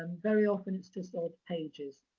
um very often, it's just odd pages.